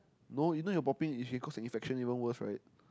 no you know your popping it can cause an infection even worst right